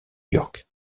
york